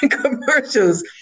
commercials